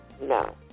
no